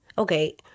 Okay